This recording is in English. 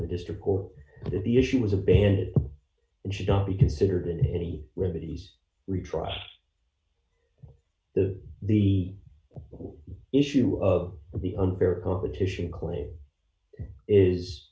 the district or that the issue was abandoned and should not be considered in any remedies retries to the issue of the unfair competition clay is